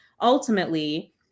ultimately